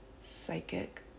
psychic